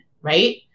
right